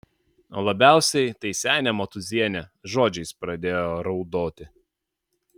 o labiausiai tai senė motūzienė žodžiais pradėjo raudoti